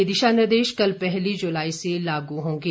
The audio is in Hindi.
ये दिशानिर्देश कल पहली जुलाई से लागू होंगे